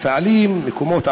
מפעלים, מקומות עבודה,